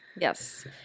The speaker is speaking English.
Yes